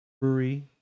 brewery